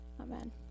Amen